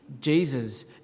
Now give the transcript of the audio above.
Jesus